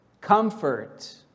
comfort